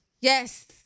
Yes